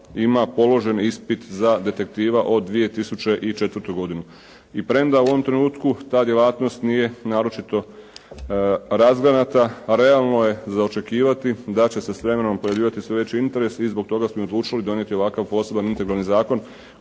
ima položen ispit za detektiva od 2004. godine. I premda u ovom trenutku ta djelatnost nije naročito razgranata realno je za očekivati da će se s vremenom pojavljivati sve veći interes i zbog toga smo i odlučili donijeti ovakav poseban integralni zakon